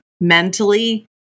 mentally